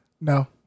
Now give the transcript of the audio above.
No